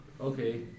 Okay